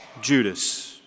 Judas